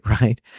right